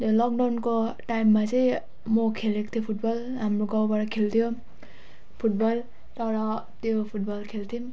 त्यो लकडाउनको टाइममा चाहिँ म खेलेको थिएँ फुटबल हाम्रो गाउँबाट खेल्थ्यौ फुटबल तर त्यो फुटबल खेल्थ्यौँ